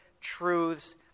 truths